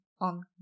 on